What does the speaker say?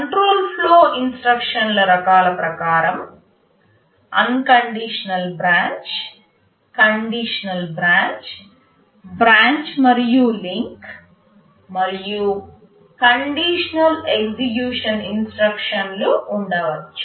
control flow ఇన్స్ట్రక్షన్ల రకాలు ప్రకారం unconditional branch conditional branch branch మరియు లింక్ మరియు కండిషనల్ ఎగ్జిక్యూషన్ ఇన్స్ట్రక్షన్లు ఉండవచ్చు